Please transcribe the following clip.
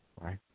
Right